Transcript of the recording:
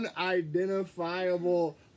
unidentifiable